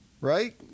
Right